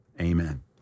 amen